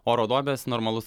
oro duobės normalus